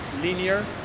linear